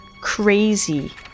crazy